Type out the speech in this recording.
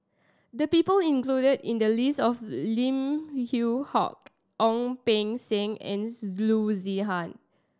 the people included in the list are Lim Yew Hock Ong Beng Seng and Loo Zihan